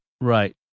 Right